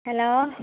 hello